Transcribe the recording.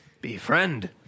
befriend